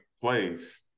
place